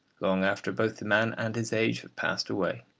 long after both the man and his age have passed away.